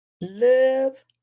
live